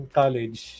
college